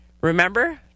Remember